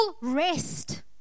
rest